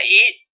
eat